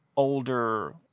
older